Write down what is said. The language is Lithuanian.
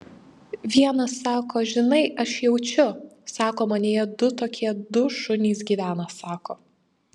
vienas sako žinai aš jaučiu sako manyje du tokie du šunys gyvena sako